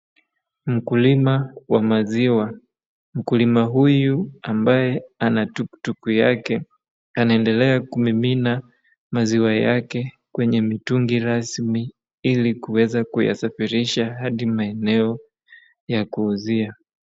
Mkulima wa maziwa, mkulima huyu ambaye ana tuktuk yake anaendelea kumimina maziwa yake kwenye mitungi rasmi ili kuweza kuyasafirisha hadi maeneo ya kuuzia.